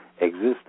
exists